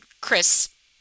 chris